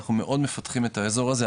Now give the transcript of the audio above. אנחנו מאוד מפתחים את האזור הזה,